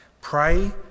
Pray